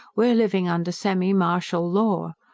we're living under semi-martial law.